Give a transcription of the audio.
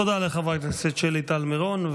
תודה לחברת הכנסת שלי טל מירון.